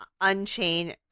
Unchain